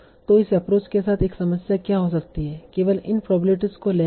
तो इस एप्रोच के साथ एक समस्या क्या हो सकती है केवल इन प्रोबेबिलिटीस को लेने से